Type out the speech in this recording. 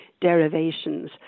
derivations